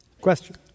question